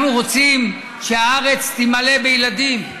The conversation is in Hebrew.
אנחנו רוצים שהארץ תימלא בילדים.